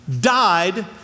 died